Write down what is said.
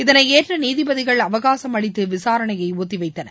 இதனை ஏற்ற நீதிபதிகள் அவகாசம் அளித்து விசாரணையை ஒத்திவைத்தனர்